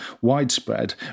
widespread